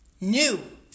New